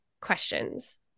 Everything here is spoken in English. questions